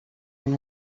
ben